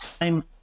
time